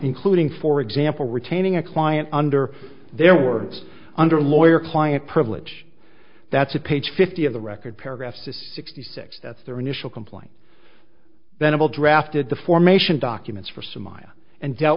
including for example retaining a client under their words under lawyer client privilege that's a page fifty of the record paragraphs to sixty six that's their initial complaint venable drafted the formation documents for some minor and dealt